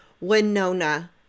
Winona